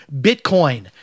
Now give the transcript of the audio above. Bitcoin